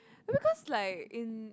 because like in